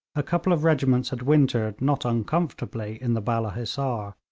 a couple of regiments had wintered not uncomfortably in the balla hissar.